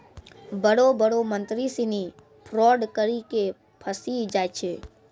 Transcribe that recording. बड़ो बड़ो मंत्री सिनी फरौड करी के फंसी जाय छै